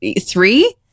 three